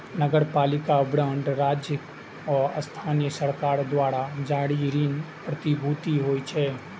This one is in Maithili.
नगरपालिका बांड राज्य आ स्थानीय सरकार द्वारा जारी ऋण प्रतिभूति होइ छै